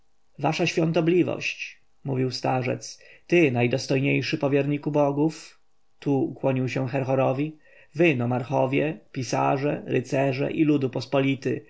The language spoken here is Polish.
wasza świątobliwość mówił starzec ty najdostojniejszy powierniku bogów tu ukłonił się herhorowi wy nomarchowie pisarze rycerze i ludu pospolity